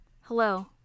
Hello